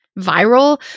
viral